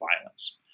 violence